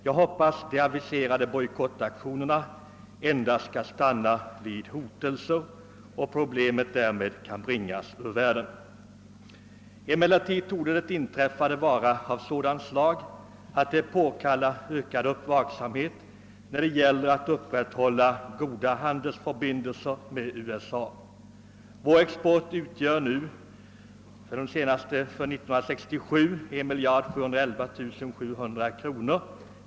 Jag hoppas att de aviserade bojkottaktionerna skall stanna vid hotelser och problemet därmed kan bringas ur världen. Det inträffade torde emellertid vara en händelse av sådant slag att den påkallar ökad varsamhet när det gäller att upprätthålla goda handelsförbindelser med USA. Vår export till USA uppgick för år 1967 till ett värde av 1 711 700 000 kronor.